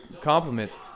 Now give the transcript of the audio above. compliments